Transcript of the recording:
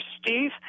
Steve